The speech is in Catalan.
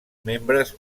membres